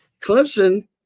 Clemson